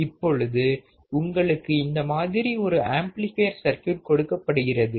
இப்பொழுது உங்களுக்கு இந்த மாதிரி ஒரு ஆம்ப்ளிஃபையர் சர்க்யூட் கொடுக்கப்படுகிறது